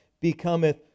becometh